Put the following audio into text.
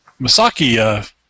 Masaki